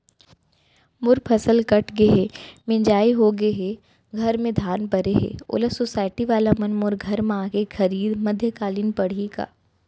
मोर फसल कट गे हे, मिंजाई हो गे हे, घर में धान परे हे, ओला सुसायटी वाला मन मोर घर म आके खरीद मध्यकालीन पड़ही का?